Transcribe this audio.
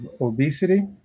obesity